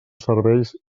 serveis